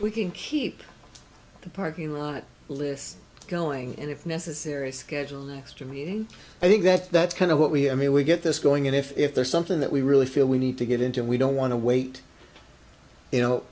we can keep the parking lot list going and if necessary a schedule extra meeting i think that that's kind of what we i mean we get this going in if there's something that we really feel we need to get into and we don't want to wait you know